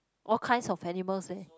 all kinds of animals leh